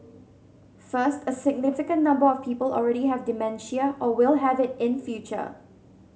first a significant number of people already have dementia or will have it in future